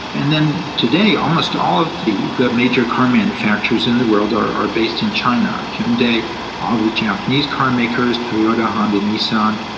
and then today almost all of the the major car manufacturers in the world are are based in china, hyundai, all the japanese carmakers, toyota, honda, nissan,